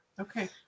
Okay